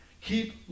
Keep